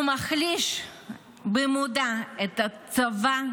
הוא מחליש במודע את הצבא,